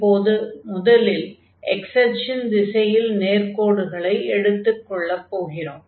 இப்போது முதலில் x அச்சின் திசையில் நேர்க்கோடுகளை எடுத்துக்கொள்ளப் போகிறோம்